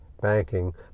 banking